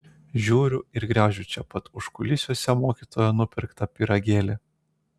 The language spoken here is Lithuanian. žiūriu ir graužiu čia pat užkulisiuose mokytojo nupirktą pyragėlį